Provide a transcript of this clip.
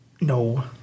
No